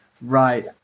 right